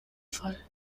fall